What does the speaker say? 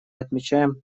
отмечаем